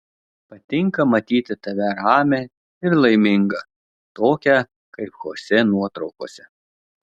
patinka matyti tave ramią ir laimingą tokią kaip chosė nuotraukose